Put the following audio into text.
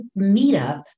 meetup